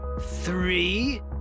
Three